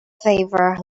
favor